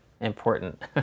important